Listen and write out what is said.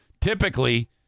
Typically